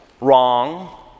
wrong